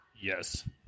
Yes